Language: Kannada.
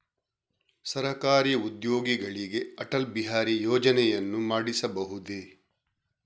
ಸರಕಾರಿ ಉದ್ಯೋಗಿಗಳಿಗೆ ಅಟಲ್ ಬಿಹಾರಿ ಯೋಜನೆಯನ್ನು ಮಾಡಿಸಬಹುದೇ?